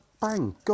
Bang